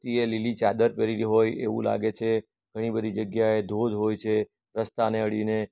ધરતીએ લીલી ચાદર પહેરેલી હોય એવું લાગે છે ઘણી બધી જગ્યાએ ધોધ હોય છે રસ્તાને અડીને